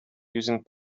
using